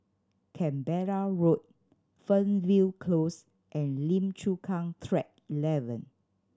Canberra Road Fernvale Close and Lim Chu Kang Track Eleven